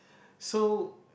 so